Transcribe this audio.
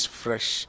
fresh